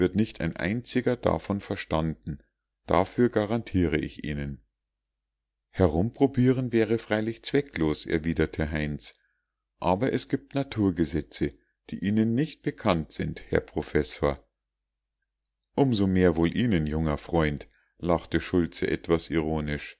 nicht ein einziger davon verstanden dafür garantiere ich ihnen herumprobieren wäre freilich zwecklos erwiderte heinz aber es gibt naturgesetze die ihnen nicht bekannt sind herr professor um so mehr wohl ihnen junger freund lachte schultze etwas ironisch